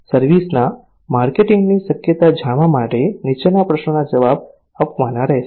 service ના માર્કેટિંગની શક્યતા જાણવા માટે નીચેના પ્રશ્નોના જવાબો આપવાના રહેશે